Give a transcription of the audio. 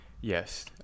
yes